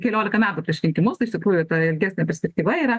keliolika metų prieš rinkimus tai iš tikrųjų ta ilgesnė perspektyva yra